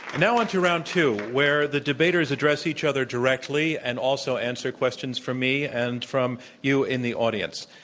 now on to round two, where the debaters address each other directly and also answer questions from me and from you in the audience.